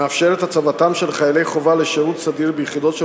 מאפשר את הצבתם של חיילי חובה לשירות סדיר ביחידות של